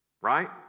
right